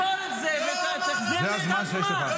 זה הזמן שיש לך.